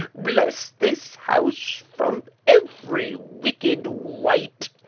blesse this house from every wicked wight,